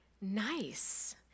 nice